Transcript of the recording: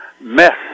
mess